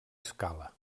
escala